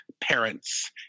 parents